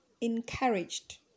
encouraged